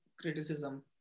criticism